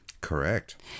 Correct